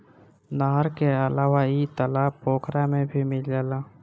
नहर के अलावा इ तालाब पोखरा में भी मिल जाला